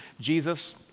Jesus